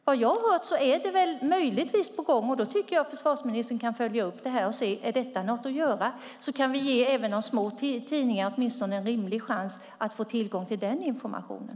Vad jag har hört är det möjligtvis på gång, och då tycker jag att försvarsministern kan följa upp det här och se om detta är något att göra, så att vi kan ge även de små tidningarna åtminstone en rimlig chans att få tillgång till den informationen.